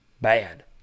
bad